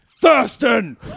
Thurston